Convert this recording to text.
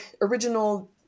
original